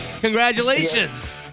Congratulations